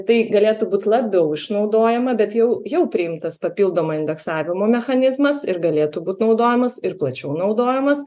tai galėtų būt labiau išnaudojama bet jau jau priimtas papildomo indeksavimo mechanizmas ir galėtų būt naudojamas ir plačiau naudojamas